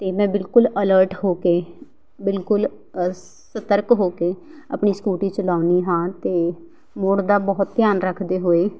ਅਤੇ ਮੈਂ ਬਿਲਕੁਲ ਅਲਰਟ ਹੋ ਕੇ ਬਿਲਕੁਲ ਸਤਰਕ ਹੋ ਕੇ ਆਪਣੀ ਸਕੂਟੀ ਚਲਾਉਂਦੀ ਹਾਂ ਅਤੇ ਮੋੜ ਦਾ ਬਹੁਤ ਧਿਆਨ ਰੱਖਦੇ ਹੋਏ